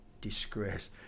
disgrace